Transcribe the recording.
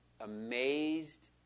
amazed